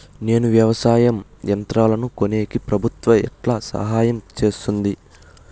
నేను వ్యవసాయం యంత్రాలను కొనేకి ప్రభుత్వ ఎట్లా సహాయం చేస్తుంది?